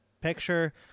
picture